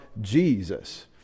Jesus